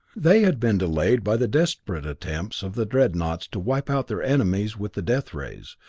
they had been delayed by the desperate attempts of the dreadnaughts to wipe out their enemies with the death rays,